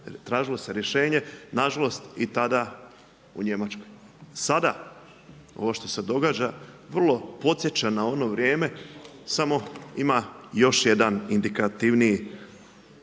tražilo se rješenje, nažalost i tada u Njemačkoj. Sada ovo što se događa vrlo podsjeća na ono vrijeme samo ima još jedan indikativniji